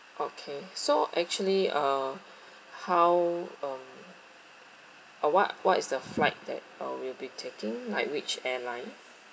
okay so actually uh how uh uh what what is the flight that uh we'll be taking like which airline